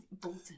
Bolton